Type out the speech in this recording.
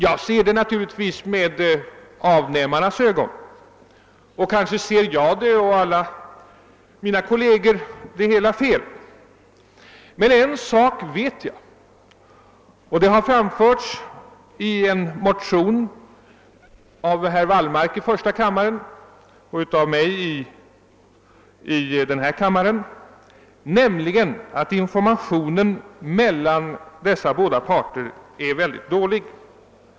Jag betraktar naturligtvis det hela med avnämarens ögon, och kanske har jag och mina kolleger en felaktig bild. Men en sak vet jag, och det har framförts i en motion av herr Wallmark i första kammaren och av mig i denna kammare: informationen mellan dessa håda parter är ytterst dålig.